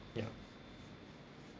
yup